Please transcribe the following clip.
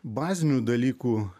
bazinių dalykų